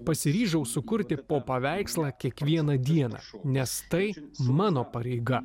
pasiryžau sukurti po paveikslą kiekvieną dieną nes tai mano pareiga